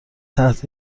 تحت